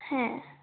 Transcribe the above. হ্যাঁ